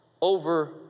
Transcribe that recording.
over